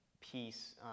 piece